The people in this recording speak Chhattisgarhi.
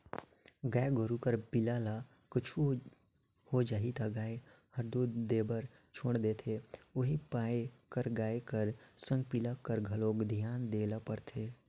गाय गोरु कर पिला ल कुछु हो जाही त गाय हर दूद देबर छोड़ा देथे उहीं पाय कर गाय कर संग पिला कर घलोक धियान देय ल परथे